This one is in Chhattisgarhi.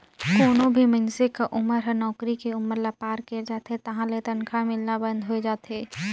कोनो भी मइनसे क उमर हर नउकरी के उमर ल पार कइर जाथे तहां ले तनखा मिलना बंद होय जाथे